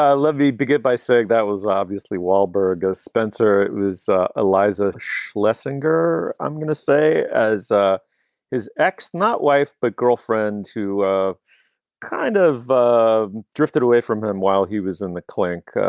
ah let me begin by saying that was obviously wahlberg. spencer was eliza schlessinger. i'm gonna say as ah his ex, not wife, but girlfriend too ah kind of of drifted away from him while he was in the clink.